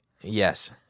Yes